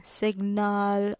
signal